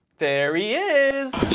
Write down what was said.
there he is